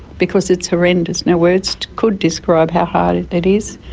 because it's horrendous, no words could describe how hard it is,